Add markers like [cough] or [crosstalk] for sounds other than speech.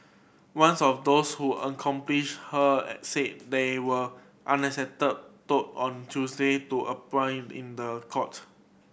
once of those who accomplish her [unintelligible] said they were unexpected told on Tuesday to [unintelligible] in the court